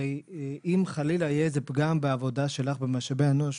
אם חלילה יהיה פגם בעבודה שלך במשאבי אנוש,